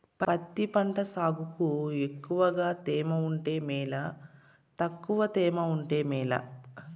పత్తి పంట సాగుకు ఎక్కువగా తేమ ఉంటే మేలా తక్కువ తేమ ఉంటే మేలా?